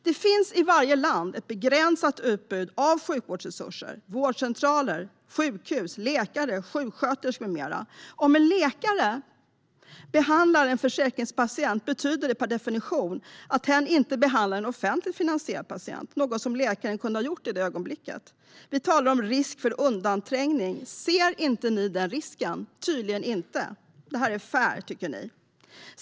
Det finns i varje land ett begränsat utbud av sjukvårdsresurser: vårdcentraler, sjukhus, läkare, sjuksköterskor med mera. Om en läkare behandlar en försäkringspatient betyder det per definition att hen inte behandlar en offentligt finansierad patient, något som läkaren kunde ha gjort i det ögonblicket. Vi talar om risk för undanträngning. Ser ni inte den risken? Tydligen inte. Ni tycker att det här är fair.